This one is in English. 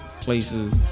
places